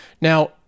Now